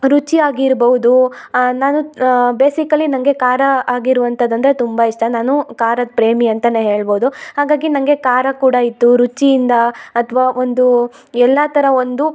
ರುಚಿ ಆಗಿರ್ಬೌದು ನಾನು ಬೇಸಿಕಲಿ ನನಗೆ ಖಾರ ಆಗಿರ್ವಂಥದ್ದು ಅಂದರೆ ತುಂಬ ಇಷ್ಟ ನಾನು ಖಾರದ ಪ್ರೇಮಿ ಅಂತಲೇ ಹೇಳ್ಬೌದು ಹಾಗಾಗಿ ನನಗೆ ಖಾರ ಕೂಡ ಇದ್ದು ರುಚಿಯಿಂದ ಅಥವಾ ಒಂದು ಎಲ್ಲ ಥರ ಒಂದು